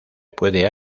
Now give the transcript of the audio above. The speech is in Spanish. puede